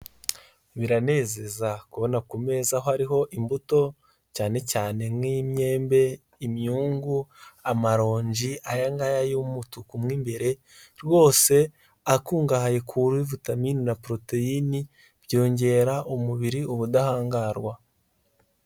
Biranezeza kubona ku meza hariho imbuto cyane cyane nk'imyembe, imyungu, amaronji ayangaya y'umutuku mo imbere, rwose akungahaye kuri vitamini na poroteyini byongerera umubiri ubudahangarwa.